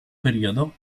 periodo